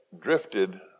drifted